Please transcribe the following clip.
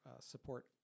support